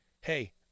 hey